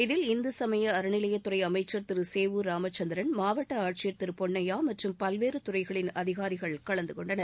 இதில் இந்து சமய அறநிலையத்துறை அமைச்சர் திரு சேவூர் ராமச்சந்திரன் மாவட்ட ஆட்சியர் திரு பொன்னையா மற்றும் பல்வேறு துறைகளின் அதிகாரிகள் கலந்து கொண்டனர்